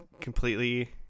completely